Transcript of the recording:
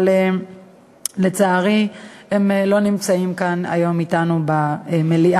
אבל לצערי הם לא נמצאים כאן היום אתנו במליאה.